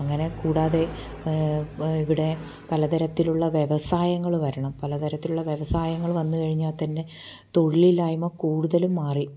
അങ്ങനെ കൂടാതെ ഇവിടെ പല തരത്തിലുള്ള വ്യവസായങ്ങൾ വരണം പലതരത്തിലുള്ള വ്യവസായങ്ങൾ വന്നു കഴിഞ്ഞാൽ തന്നെ തൊഴിലില്ലായ്മ കൂടുതലും മാറി